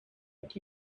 what